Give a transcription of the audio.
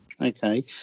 Okay